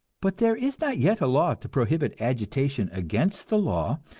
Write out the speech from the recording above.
but there is not yet a law to prohibit agitation against the law,